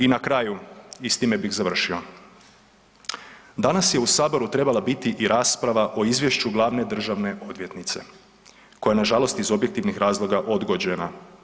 I na kraju i s time bih završio, danas je u sabora trebala biti i rasprava o izvješću glavne državne odvjetnice koja nažalost iz objektivnih razloga odgođena.